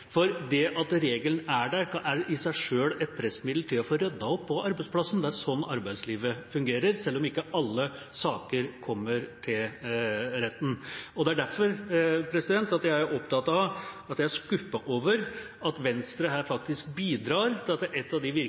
dumping. Det at regelen er der, er i seg selv et pressmiddel til å få ryddet opp på arbeidsplassen. Det er sånn arbeidslivet fungerer, selv om ikke alle saker kommer til retten. Det er derfor jeg er opptatt av at jeg er skuffet over at Venstre her faktisk bidrar til at et av de